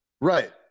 right